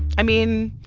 i mean,